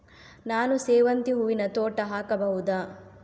ನಾನು ಸೇವಂತಿ ಹೂವಿನ ತೋಟ ಹಾಕಬಹುದಾ?